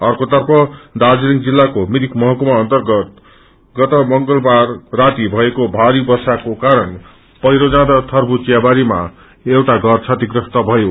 अर्कोतर्फ दार्जीलिङ जिल्लाको मिरिक महकुमा अन्तगत गत मंगलबार राति भएको भारी वर्षाको कारण पहिरो जादा थर्बु चियाबारीमा एउटा घर क्षतिग्रस्त भयो